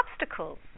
obstacles